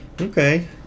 Okay